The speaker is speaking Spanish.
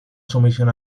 sumisión